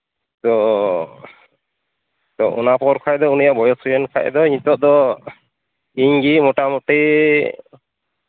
ᱛᱚ ᱚᱱᱟ ᱯᱚᱨ ᱠᱷᱟᱡ ᱫᱚ ᱩᱱᱤᱭᱟᱜ ᱵᱚᱭᱮᱥ ᱦᱩᱭᱮᱱ ᱠᱷᱟᱡ ᱫᱚ ᱱᱤᱛᱚᱜ ᱫᱚ ᱤᱧᱜᱮ ᱢᱳᱴᱟᱢᱩᱴᱤ